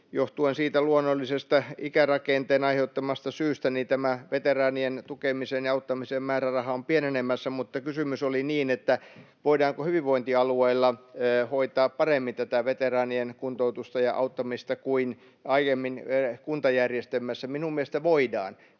johtuen siitä luonnollisesta ikärakenteen aiheuttamasta syystä tämä veteraanien tukemisen ja auttamisen määräraha on pienenemässä. Mutta kysymys oli se, voidaanko hyvinvointialueilla hoitaa paremmin tätä veteraanien kuntoutusta ja auttamista kuin aiemmin kuntajärjestelmässä. Minun mielestäni voidaan,